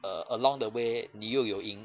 err along the way 你又有赢